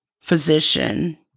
physician